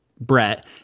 Brett